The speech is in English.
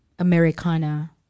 Americana